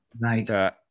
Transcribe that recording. Right